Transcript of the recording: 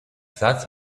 that